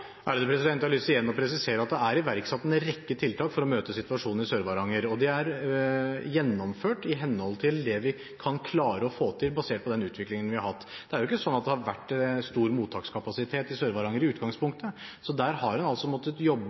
Jeg har lyst til igjen å presisere at det er iverksatt en rekke tiltak for å møte situasjonen i Sør-Varanger. Disse er gjennomført i henhold til det vi kan klare å få til basert på den utviklingen vi har hatt. Det er jo ikke sånn at det har vært stor mottakskapasitet i Sør-Varanger i utgangspunktet. Der har en altså måttet jobbe,